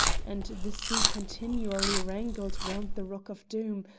and the sea continually wrangled round the rock of doom,